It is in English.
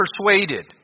persuaded